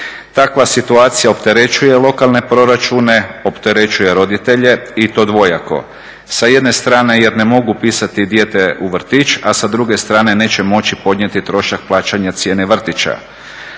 Takva situacija opterećuje lokalne proračune, opterećuje roditelje i to dvojako. Sa jedne strane jer ne mogu upisati dijete u vrtić, a sa druge strane neće moći podnijeti trošak plaćanja cijene vrtića.